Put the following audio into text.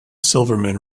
silverman